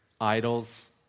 idols